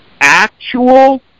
actual